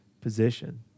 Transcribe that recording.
position